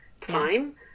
time